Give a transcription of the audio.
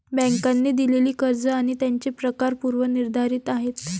बँकांनी दिलेली कर्ज आणि त्यांचे प्रकार पूर्व निर्धारित आहेत